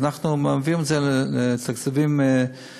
אז אנחנו מעבירים את זה לכספים מחויבים,